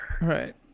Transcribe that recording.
Right